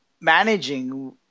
managing